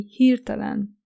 hirtelen